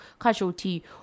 casualty